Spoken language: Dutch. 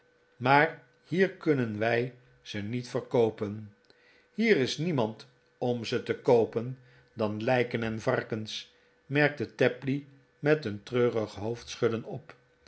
maar hier kunnen wij ze niet verkoopen hier is niemand om ze te koopen dan lijken en varkens merkte tapley met een treurig hoofdschudden op